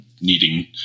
needing